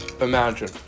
Imagine